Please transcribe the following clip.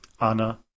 Anna